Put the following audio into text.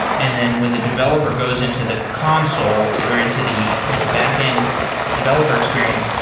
and then when the developer goes into the console or into the you know the backend developer experience,